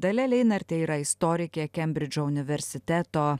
dalia leinartė yra istorikė kembridžo universiteto